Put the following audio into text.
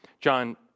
John